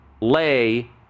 lay